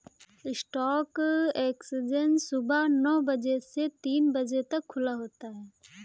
stock exchange सुबह नो बजे से तीन बजे तक खुला होता है